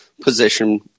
position